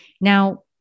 Now